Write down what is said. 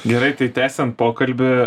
gerai tai tęsiam pokalbį